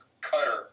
Cutter